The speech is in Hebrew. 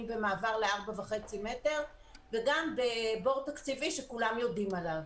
במעבר ל-4.5 מטר וגם בבור תקציבי שכולם יודעים עליו.